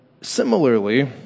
similarly